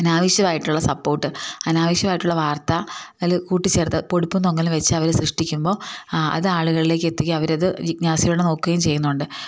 അനാവശ്യവായിട്ടുള്ള support അനാവശ്യവായിട്ടുള്ള വാർത്ത അതിൽ കൂട്ടിച്ചേർത്തു പൊടിപ്പും തൊങ്ങലും വച്ചു അവർ സൃഷ്ടിക്കുമ്പോൾ അത് ആളുകളിലേക്ക് എത്തിക്കും അവർ അത് ജിജ്ഞാസയോടെ നോക്കുകയും ചെയ്യുന്നുണ്ട്